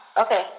okay